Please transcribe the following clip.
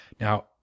Now